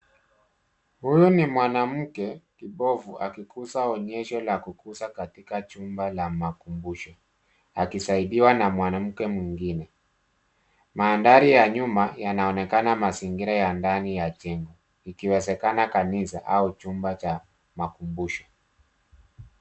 Huyu ni mwanamke kipofu akikuza onyesho la kukuza katika chumba la makumbusho akisaidiwa na mwanamke mwingine ,mandhari ya nyuma yanaonekana mazingira ya ndani ya jina ikiwezekana kanisa au chumba cha makumbusho.